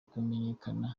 kumenyekana